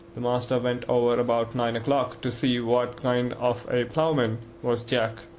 the master went over about nine o'clock to see what kind of a ploughman was jack,